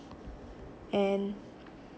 and